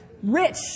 rich